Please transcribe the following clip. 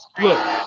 Look